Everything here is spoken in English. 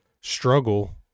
struggle